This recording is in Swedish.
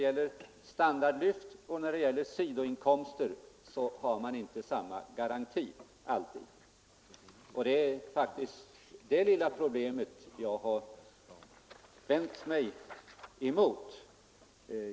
För standardlyft och för sidoinkomster har man dock inte alltid samma garanti. Det är det lilla missförhållandet jag har vänt mig emot.